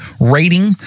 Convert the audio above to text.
rating